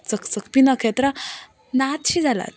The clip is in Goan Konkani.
चकचकपी नखेत्रां नाच्चशीं जाल्यात